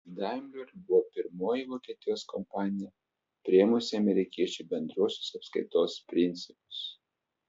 daimler buvo pirmoji vokietijos kompanija priėmusi amerikiečių bendruosius apskaitos principus